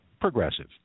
progressive